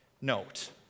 note